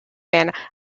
band